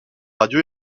radio